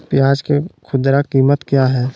प्याज के खुदरा कीमत क्या है?